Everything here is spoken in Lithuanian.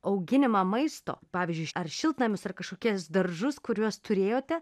auginimą maisto pavyzdžiui ar šiltnamius ar kažkokias daržus kuriuos turėjote